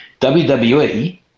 WWE